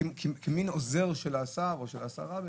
כמין עוזר של השר או של השרה.